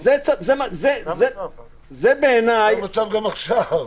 זה המצב גם עכשיו,